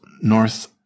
North